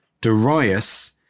Darius